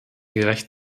gerecht